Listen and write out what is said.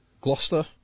Gloucester